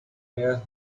where